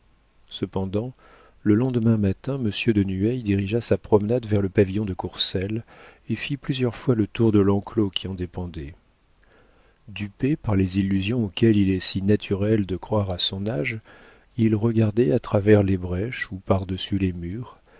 cependant le lendemain matin monsieur de nueil dirigea sa promenade vers le pavillon de courcelles et fit plusieurs fois le tour de l'enclos qui en dépendait dupé par les illusions auxquelles il est si naturel de croire à son âge il regardait à travers les brèches ou par-dessus les murs